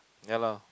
ya lah